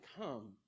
come